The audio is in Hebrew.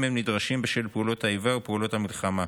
אם הם נדרשים בשל פעולות האיבה או פעולות המלחמה.